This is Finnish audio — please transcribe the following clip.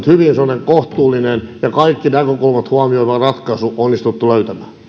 hyvin kohtuullinen ja kaikki näkökulmat huomioiva ratkaisu onnistuttu